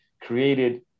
created